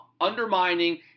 undermining